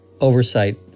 oversight